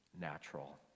natural